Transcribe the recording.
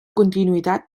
continuïtat